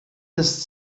das